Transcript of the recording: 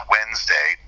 Wednesday